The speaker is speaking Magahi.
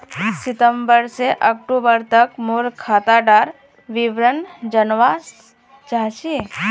सितंबर से अक्टूबर तक मोर खाता डार विवरण जानवा चाहची?